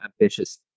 ambitious